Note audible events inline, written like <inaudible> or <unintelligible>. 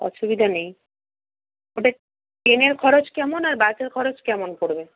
অসুবিধা নেই <unintelligible> ট্রেনের খরচ কেমন আর বাসের খরচ কেমন পড়বে